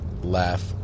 laugh